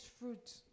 fruit